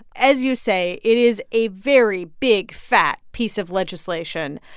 as you say, it is a very big, fat piece of legislation.